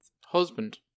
Husband